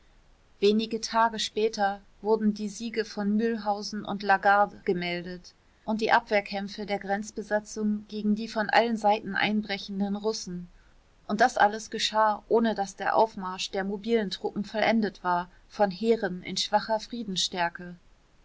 wenige tage später wurden die siege von mülhausen und lagarde gemeldet und die abwehrkämpfe der grenzbesatzungen gegen die von allen seiten einbrechenden russen und das alles geschah ohne daß der aufmarsch der mobilen truppen vollendet war von heeren in schwacher